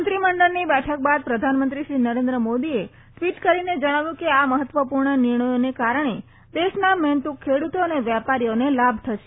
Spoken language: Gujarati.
મંત્રી મંડળની બેઠક બાદ પ્રધાનમંત્રી શ્રી નરેન્દ્ર મોદીએ ટવીટ કરીને જણાવ્યું હતું કે આ મહત્વપુર્ણ નિર્ણયોના કારણે દેશના મહેનતું ખેડુતો અને વેપારીઓને લાભ થશે